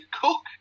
Cook